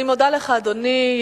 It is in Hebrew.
אני מודה לך, אדוני.